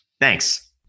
Thanks